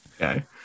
Okay